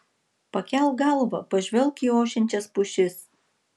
pakelk galvą pažvelk į ošiančias pušis